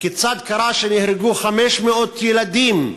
כיצד קרה שנהרגו 500 ילדים?